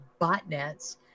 botnets